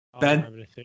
Ben